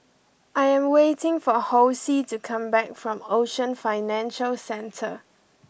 I am waiting for Hosea to come back from Ocean Financial Centre